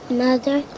mother